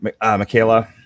Michaela